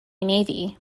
navy